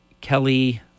Kelly